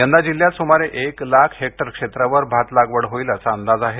यंदा जिल्ह्यात सुमारे एक लाख हेक्टर क्षेत्रावर भातलागवड होईल असा अंदाज आहे